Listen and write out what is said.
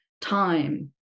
time